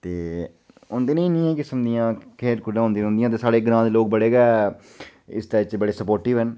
ते होंदी नेही नेही किसम दियां खेढ कूदां होदियां रौंह्दियां ते साढ़े ग्रांऽ दे लोक बड़े गै इसदे च बड़े स्पोर्टिव न